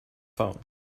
phone